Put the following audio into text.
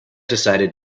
decided